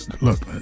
look